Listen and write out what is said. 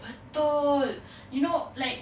betul you know like